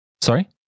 Sorry